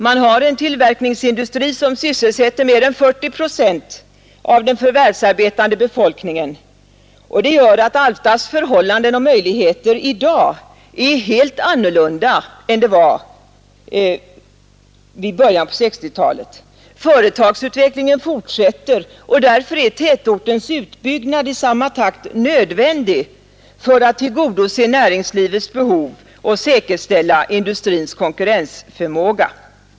Man har en tillverkningsindustri som sysselsätter mer än 40 procent av den förvärvsarbetande befolkningen, och det gör att Alftas förhållanden och möjligheter i dag är helt andra än de var i början av 1960-talet. Företagsutvecklingen fortsätter, och därför är tätortens utbyggnad i samma takt nödvändig för att tillgodose näringslivets behov och säkerställa industrins konkurrensförmåga.